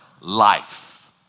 life